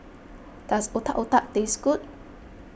does Otak Otak taste good